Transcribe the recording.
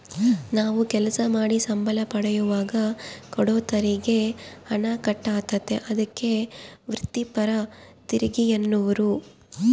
ನಾವು ಕೆಲಸ ಮಾಡಿ ಸಂಬಳ ಪಡೆಯುವಾಗ ಕೂಡ ತೆರಿಗೆ ಹಣ ಕಟ್ ಆತತೆ, ಅದಕ್ಕೆ ವ್ರಿತ್ತಿಪರ ತೆರಿಗೆಯೆನ್ನುವರು